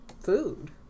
food